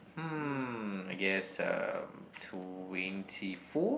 mm I guess um twenty four